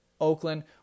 Oakland